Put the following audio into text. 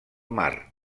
mar